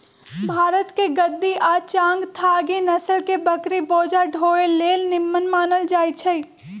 भारतके गद्दी आ चांगथागी नसल के बकरि बोझा ढोय लेल निम्मन मानल जाईछइ